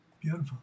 Beautiful